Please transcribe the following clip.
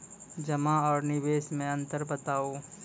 जमा आर निवेश मे अन्तर बताऊ?